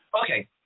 Okay